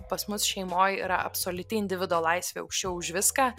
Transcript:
pas mus šeimoj yra absoliuti individo laisvė aukščiau už viską